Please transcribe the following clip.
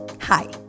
hi